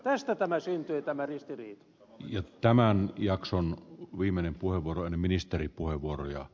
tästä tämä syntyi tämä ristiriita ja tämän jakson viimeinen porvoo roine ministeripuheenvuoroja